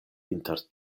inter